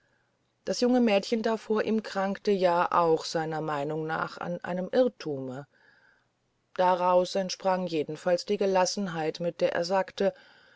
das junge mädchen da vor ihm krankte ja auch seiner meinung nach an einem irrtume daraus entsprang jedenfalls die gelassenheit mit der er sagte